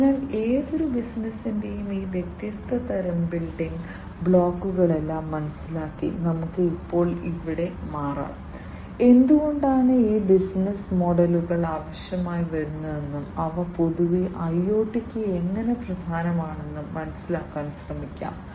അതിനാൽ ഏതൊരു ബിസിനസ്സിന്റെയും ഈ വ്യത്യസ്ത തരം ബിൽഡിംഗ് ബ്ലോക്കുകളെല്ലാം മനസ്സിലാക്കി നമുക്ക് ഇപ്പോൾ ഇവിടെ മാറാം എന്തുകൊണ്ടാണ് ഈ ബിസിനസ്സ് മോഡലുകൾ ആവശ്യമായി വരുന്നതെന്നും അവ പൊതുവെ IoT ക്ക് എങ്ങനെ പ്രധാനമാണെന്നും മനസ്സിലാക്കാൻ ശ്രമിക്കാം